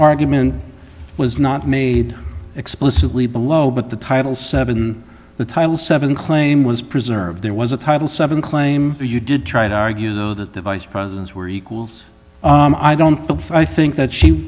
argument was not made explicitly below but the title seven the title seven claim was preserved there was a title seven claim you did try to argue though that the vice presidents were equals i don't think i think that she